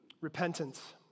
Repentance